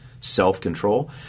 self-control